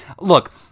Look